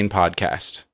podcast